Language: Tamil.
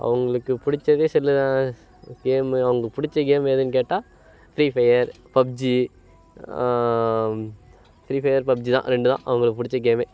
அவங்களுக்கு பிடிச்சதே செல்லு தான் கேமு அவங்களுக்கு பிடிச்ச கேமு எதுன்னு கேட்டால் Free Fire PUBG Free Fire PUBG தான் ரெண்டு தான் அவங்களுக்கு பிடிச்ச கேமே